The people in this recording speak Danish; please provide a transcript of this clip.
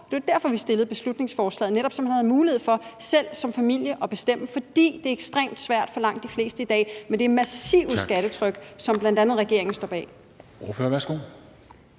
Det var jo derfor, vi fremsatte beslutningsforslaget, altså så man som familie netop havde en mulighed for selv at bestemme, fordi det er ekstremt svært for langt de fleste i dag med det massive skattetryk, som bl.a. regeringen står bag.